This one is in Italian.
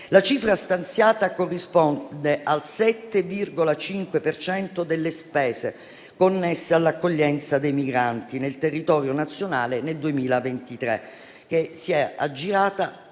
La somma stanziata corrisponde al 7,5 per cento delle spese connesse all'accoglienza dei migranti nel territorio nazionale nel 2023, che si è aggirata